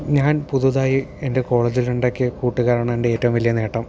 ഞാൻ പുതുതായി എൻ്റെ കോളേജിലുണ്ടാക്കിയ കൂട്ടുകാരാണ് എൻ്റെ ഏറ്റവും വലിയ നേട്ടം